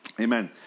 Amen